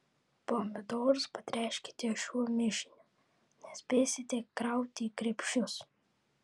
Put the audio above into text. pomidorus patręškite šiuo mišiniu nespėsite krauti į krepšius